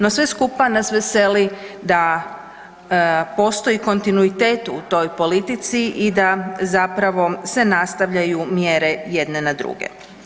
No, sve skupa nas veseli da postoji kontinuitet u toj politici i da zapravo se nastavljaju mjere jedne na druge.